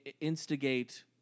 instigate